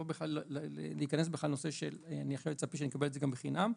לא להיכנס לנושא שנצפה עכשיו לקבל את זה בחינם,